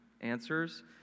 answers